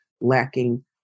lacking